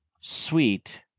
sweet